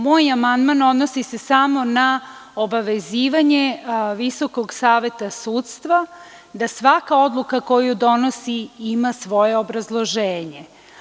Moj amandman odnosi se samo na obavezivanje VSS da svaka odluka koju donosi ima svoje obrazloženje.